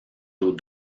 d’eau